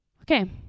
Okay